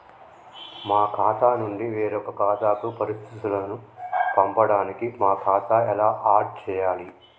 మా ఖాతా నుంచి వేరొక ఖాతాకు పరిస్థితులను పంపడానికి మా ఖాతా ఎలా ఆడ్ చేయాలి?